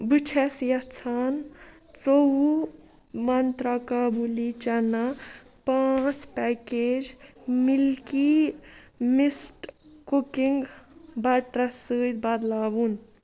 بہٕ چھَس یَژھان ژوٚوُہ منٛترٛا کابُلی چنا پانٛژ پکیج مِلکی مِسٹ کُکِنٛگ بٹرَس سۭتۍ بدلاوُن